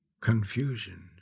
confusion